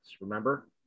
remember